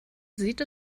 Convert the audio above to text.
sieht